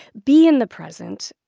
be in the present.